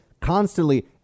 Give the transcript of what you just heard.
constantly